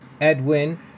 Edwin